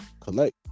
collect